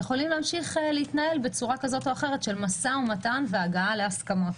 יכולים להמשיך להתנהל בצורה כזאת או אחרת של משא ומתן והגעה להסכמות.